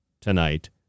tonight